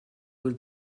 will